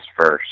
first